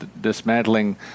dismantling